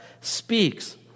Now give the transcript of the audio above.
speaks